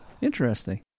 Interesting